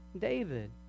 David